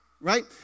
right